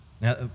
Now